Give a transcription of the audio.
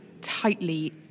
tightly